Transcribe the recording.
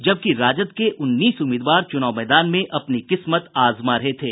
जबकि राजद के उन्नीस उम्मीदवार चुनाव मैदान में अपनी किस्मत आजमा रहे थे